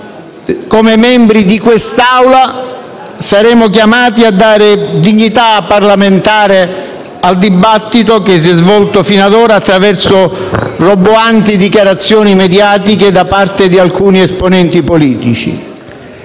come membri di questa Assemblea saremo chiamati a dare dignità parlamentare al dibattito, che si è svolto fino ad ora attraverso roboanti dichiarazioni mediatiche da parte di alcuni esponenti politici